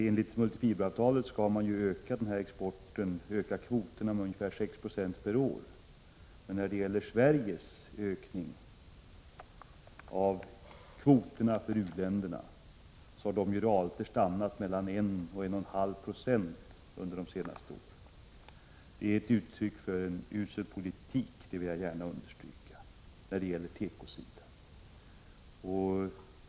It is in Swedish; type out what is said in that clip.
Enligt multifiberavtalet skall man öka kvoterna med ungefär 6 0 per år. Men Sveriges ökning av kvoterna för u-länderna har ju under de senaste åren realiter stannat vid mellan 1 och 1,5 26. Detta är ett uttryck för en usel politik när det gäller tekoområdet, det vill jag gärna understryka.